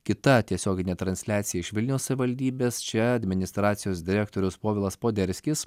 kita tiesioginė transliacija iš vilniaus savivaldybės čia administracijos direktorius povilas poderskis